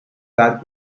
that